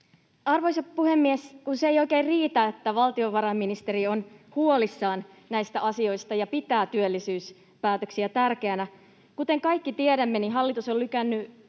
Arvoisa puhemies! Se ei oikein riitä, että valtiovarainministeri on huolissaan näistä asioista ja pitää työllisyyspäätöksiä tärkeinä. Kuten kaikki tiedämme, hallitus on lykännyt